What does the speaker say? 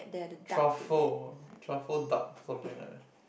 truffle truffle duck something like that